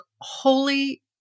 Holy